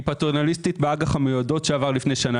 פטרנליסטית באג"ח המיועדות שעבר לפני שנה,